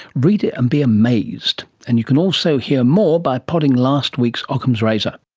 read it and be amazed. and you can also hear more by podding last week's ockham's razor